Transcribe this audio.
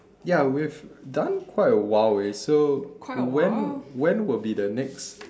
ya we've done quite a while eh so when when would be the next